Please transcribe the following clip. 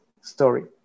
story